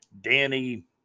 Danny